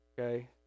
Okay